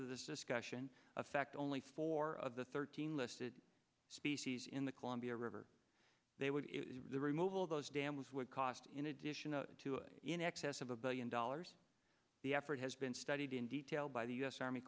of this discussion affect only four of the thirteen listed species in the columbia river they would the removal of those dam was would cost in addition to in excess of a billion dollars the effort has been studied in detail by the u s army